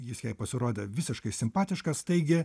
jis jai pasirodė visiškai simpatiškas taigi